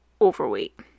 overweight